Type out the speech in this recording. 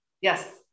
yes